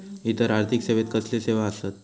इतर आर्थिक सेवेत कसले सेवा आसत?